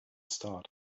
start